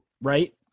right